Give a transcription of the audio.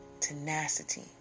Tenacity